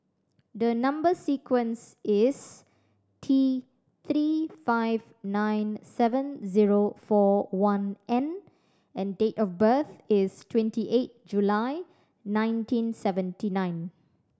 the number sequence is T Three five nine seven zero four one N and date of birth is twenty eight July nineteen seventy nine